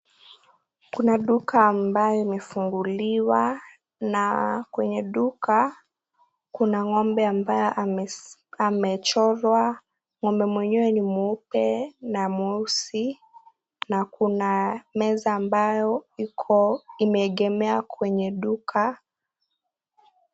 Kuna duka ambayo imefunguliwa na kwenye duka kuna ng'ombe ambaye amechorwa. Ng'ombe mwenyewe ni mweupe na mweusi na kuna meza ambayo iko imeegemea kwenye duka